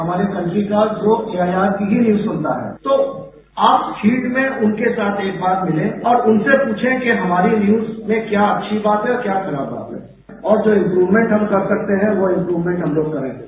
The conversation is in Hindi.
हमारे कंट्री का जो एआईआर की ही न्यूज सुनना है तो फील्ड में उनके साथ एक बार मिले और उनसे पूछे कि हमारी न्यूज में क्या अच्छी बात है और क्या खराब बात है और जो इम्प्रूवमेंट हम कर सकते हैं वो इम्प्रूवमेंट हम करेंगे